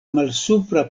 malsupra